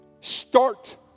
Start